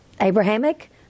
Abrahamic